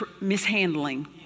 mishandling